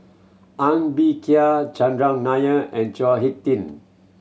Ng Bee Kia Chandran Nair and Chao Hick Tin